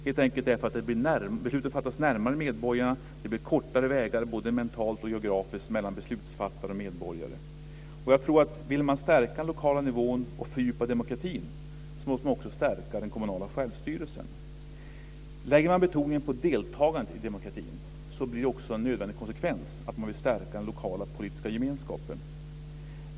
Besluten fattas helt enkelt närmare medborgarna. Det blir kortare vägar både mentalt och geografiskt mellan beslutsfattare och medborgare. Om man vill stärka den lokala nivån och fördjupa demokratin måste man också stärka den kommunala självstyrelsen. Om man lägger betoningen på deltagandet i demokratin blir det också en nödvändig konsekvens att man vill stärka den lokala politiska gemenskapen.